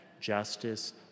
justice